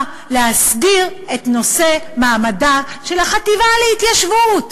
להסדיר את נושא מעמדה של החטיבה להתיישבות.